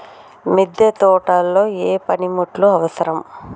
మిద్దె తోటలో ఏ పనిముట్లు అవసరం?